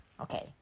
Okay